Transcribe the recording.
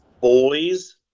boys